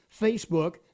Facebook